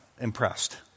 impressed